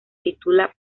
titula